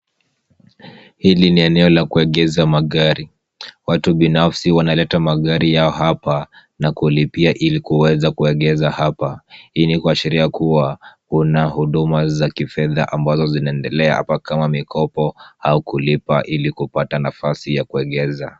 Hili ni eneo la kuegeza magari. Watu binafsi wanaleta magari yao hapa na kulipia ili kuweza kuegeza hapa. Hii ni kuashiria kuwa kuna huduma za kifedha ambazo zinaendelea hapa kama mikopo au kulipa ili kupata nafasi ya kuegeza.